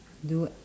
do